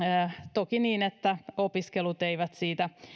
toki niin että opiskelut eivät siitä